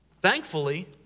Thankfully